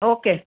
okay